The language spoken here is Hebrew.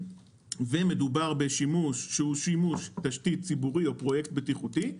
ומדובר בשימוש שהוא שימוש תשתית ציבורי או פרויקט בטיחותי,